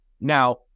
Now